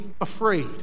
afraid